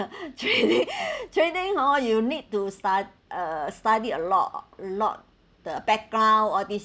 trading trading all you need to stu~ uh study a lot a lot the background all these